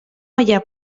olla